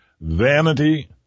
Vanity